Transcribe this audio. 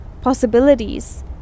possibilities